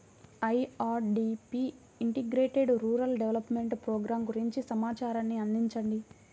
IRDP integrated rural development programme గురించి సమాచారాన్ని అందించండి?